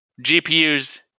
GPUs